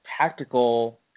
Tactical